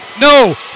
no